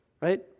Right